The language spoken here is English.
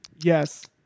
Yes